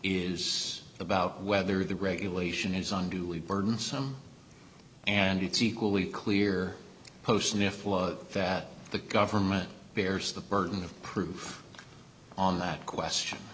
is about whether the regulation is unduly burdensome and it's equally clear post sniffle that the government bears the burden of proof on that question